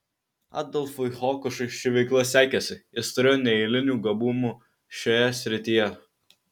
adolfui hokušui ši veikla sekėsi jis turėjo neeilinių gabumų šioje srityje